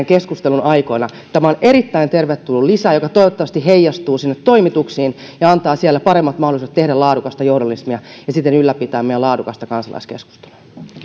keskustelun aikoina tämä on erittäin tervetullut lisä joka toivottavasti heijastuu sinne toimituksiin ja antaa siellä paremmat mahdollisuudet tehdä laadukasta journalismia ja siten ylläpitää meidän laadukasta kansalaiskeskustelua